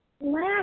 Last